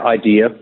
idea